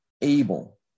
able